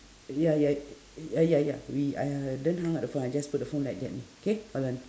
ya ya w~ ya ya we !aiya! don't hung up the phone I just put the phone like that okay hold on